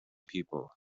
people